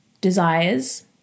desires